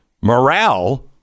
morale